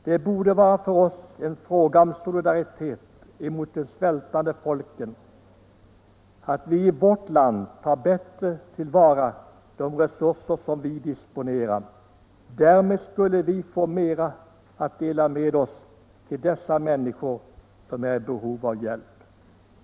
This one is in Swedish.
Det borde för oss vara en fråga om solidaritet med de svältande folken att vi i vårt land tar bättre till vara de resurser vi disponerar. Därmed skulle vi få mer att dela med oss till dessa människor, som är i behov av hjälp.